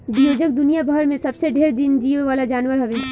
जियोडक दुनियाभर में सबसे ढेर दिन जीये वाला जानवर हवे